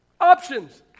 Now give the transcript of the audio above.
Options